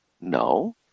No